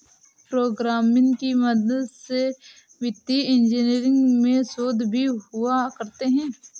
programming की मदद से वित्तीय इन्जीनियरिंग में शोध भी हुआ करते हैं